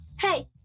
Hey